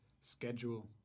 schedule